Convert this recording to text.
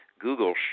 Google